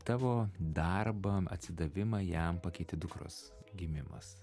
tavo darbą atsidavimą jam pakeitė dukros gimimas